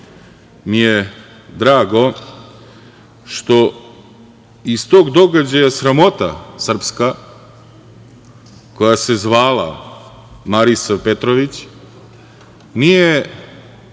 mi je drago što iz tog događaja sramota srpska koja se zvala Marisav Petrović nije